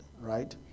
Right